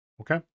Okay